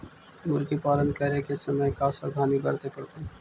मुर्गी पालन करे के समय का सावधानी वर्तें पड़तई?